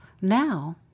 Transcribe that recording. Now